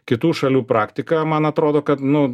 kitų šalių praktiką man atrodo kad nu